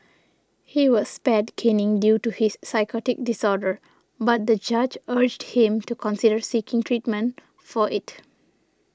he was spared caning due to his psychotic disorder but the judge urged him to consider seeking treatment for it